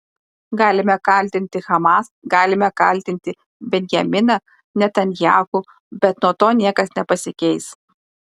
galime kaltinti hamas galime kaltinti benjaminą netanyahu bet nuo to niekas nepasikeis